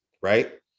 right